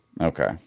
Okay